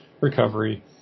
recovery